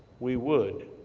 we would.